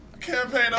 campaign